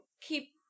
keep